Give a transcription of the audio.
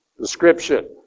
description